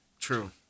True